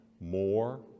more